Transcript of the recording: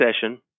session